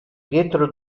pietro